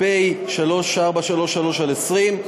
התשע"ז 2016,